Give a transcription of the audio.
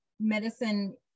medicine